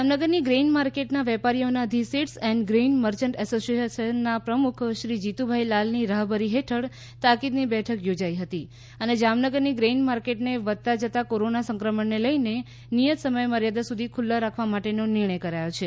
જામનગરની ગ્રેઈન માર્કેટના વેપારીઓના the seeds and grain merchant એસોસિએશનના પ્રમુખ શ્રી જીતુભાઈ લાલની રાહબરી હેઠળ તાકિદની બેઠક યોજાઈ હતી અને જામનગરની ગ્રેઇન માર્કેટ વધતા જતા કોરોના સંક્રમણને લઈને નિયત સમયમર્યાદા સુધી ખુલ્લી રાખવા માટેનો નિર્ણય કરાયો છે